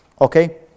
Okay